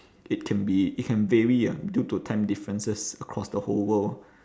it can be it can vary ah due to time differences across the whole world